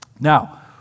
Now